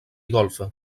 golfa